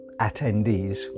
attendees